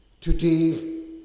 Today